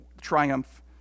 triumph